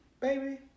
Baby